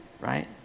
right